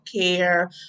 care